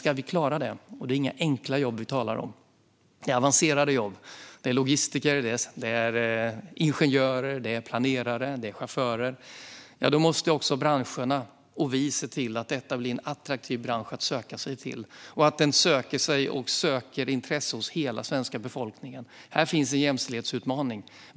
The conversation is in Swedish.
Om vi ska klara detta - och det är inga enkla jobb det handlar om, utan det är avancerade jobb: logistiker, ingenjörer, planerare och chaufförer - måste branscherna och vi se till att detta blir en attraktiv bransch att söka sig till och att den drar till sig intresse från hela den svenska befolkningen. Här finns en jämställdhetsutmaning.